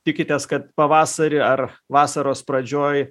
tikitės kad pavasarį ar vasaros pradžioj